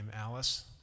Alice